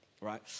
right